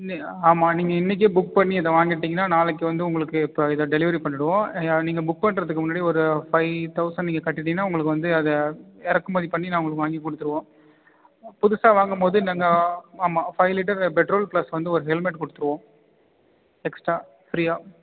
நி ஆமாம் நீங்கள் இன்னிக்கே புக் பண்ணி இதை வாங்கிட்டிங்கன்னா நாளைக்கு வந்து உங்களுக்கு இப்போ இதை டெலிவரி பண்ணிவிடுவோம் நீங்கள் புக் பண்ணுறதுக்கு முன்னாடி ஒரு ஃபைவ் தௌசண்ட் நீங்கள் கட்டிட்டிங்கன்னா உங்களுக்கு வந்து அதை இறக்குமதி பண்ணி நான் உங்களுக்கு வாங்கி கொடுத்துருவோம் புதுசாக வாங்கம்போது ஆமாம் ஃபைவ் லிட்டர் பெட்ரோல் ப்ளஸ் வந்து ஒரு ஹெல்மெட் கொடுத்துருவோம் எக்ஸ்ட்ரா ஃப்ரீயாக